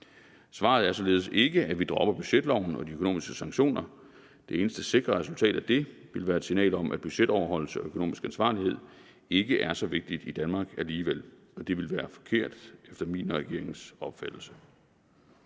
Svaret er således ikke, at vi dropper budgetloven og de økonomiske sanktioner. Det eneste sikre resultat af det ville være et signal om, at budgetoverholdelse og økonomisk ansvarlighed ikke er så vigtigt i Danmark alligevel. Det ville være forkert efter min og regeringens opfattelse.